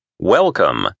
Welcome